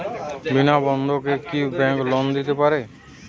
বিনা বন্ধকে কি bank loan দিতে পারে?